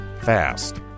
fast